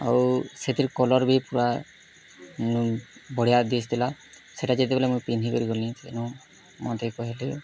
ଆଉ ସେଥିରୁ କଲର୍ ବି ପୁରା ମୁଁ ବଢ଼ିଆ ଦିଶ୍ ଥିଲା ସେଇଟା ଯେତେବେଳେ ମୁଁ ପିନ୍ଧିକିରି ଗଲି ସେନୁ ମୋତେ କହିଲେ